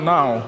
Now